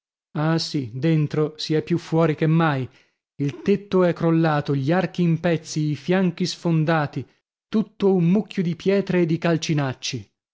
ah sì dentro si è più fuori che mai il tetto è crollato gli archi in pezzi i fianchi sfondati tutto un mucchio di pietre e di calcinacci